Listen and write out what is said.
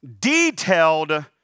detailed